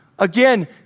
Again